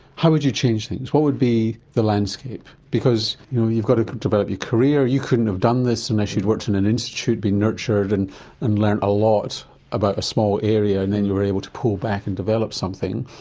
how would you change things? what would be the landscape? because you know you've got to develop your career, you couldn't have done this unless you'd worked in an institute, been nurtured and and learned a lot about a small area and then you were able to pull back and develop something,